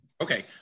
Okay